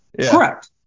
Correct